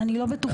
אני לא בטוחה.